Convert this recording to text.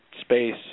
space